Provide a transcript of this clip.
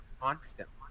constantly